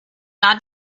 not